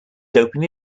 openly